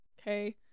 okay